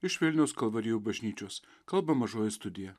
iš vilniaus kalvarijų bažnyčios kalba mažoji studija